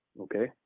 Okay